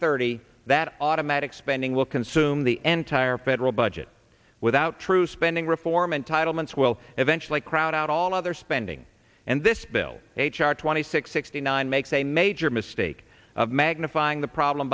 thirty that automatic spending will consume the end tire federal budget without true spending reform entitlements will eventually crowd out all other spending and this bill h r twenty six sixty nine makes a major mistake of magnifying the problem